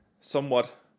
somewhat